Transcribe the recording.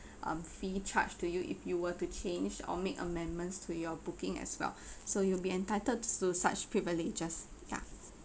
um fee charged to you if you were to change or make amendments to your booking as well so you'll be entitled to such privileges ya